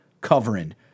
covering